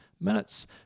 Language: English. minutes